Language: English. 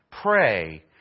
pray